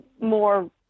more